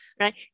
right